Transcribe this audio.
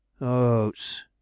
Oats